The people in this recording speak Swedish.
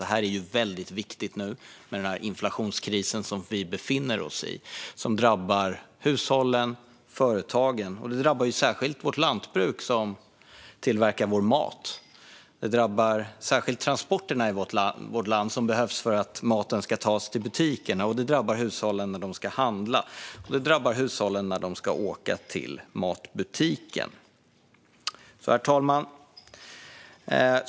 Det är väldigt viktigt nu med den inflationskris som vi befinner oss i. Det drabbar hushållen och företagen. Det drabbar särskilt vårt lantbruk som tillverkar vår mat och transporterna i vårt land som behövs för att maten ska tas till butikerna, och det drabbar hushållen när de ska handla och när de ska åka till matbutiken. Herr talman!